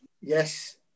yes